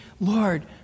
Lord